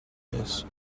this